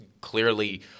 clearly